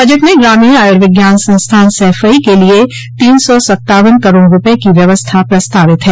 budget में ग्रामीण आयुर्विज्ञान संस्थान सैफई के लिये तीन सौ सत्तावन करोड़ रूपये की व्यवस्था प्रस्तावित है